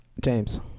James